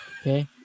Okay